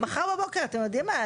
מחר בבוקר, אתם יודעים מה?